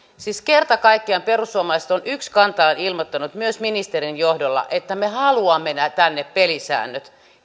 siis kerta kaikkiaan perussuomalaiset on yksikantaan ilmoittanut myös ministerin johdolla että me haluamme tänne pelisäännöt